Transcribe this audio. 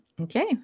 okay